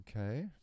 okay